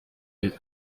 yaba